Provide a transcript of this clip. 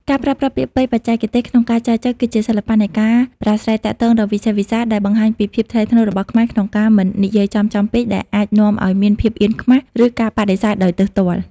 ការប្រើប្រាស់ពាក្យពេចន៍បច្ចេកទេសក្នុងការចែចូវ គឺជាសិល្បៈនៃការប្រាស្រ័យទាក់ទងដ៏វិសេសវិសាល ដែលបង្ហាញពីភាពថ្លៃថ្នូររបស់ខ្មែរក្នុងការមិននិយាយចំៗពេក ដែលអាចនាំឱ្យមានភាពអៀនខ្មាស ឬការបដិសេធដោយទើសទាល់។